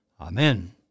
Amen